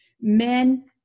Men